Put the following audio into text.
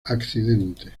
accidente